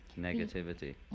negativity